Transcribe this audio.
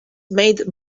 made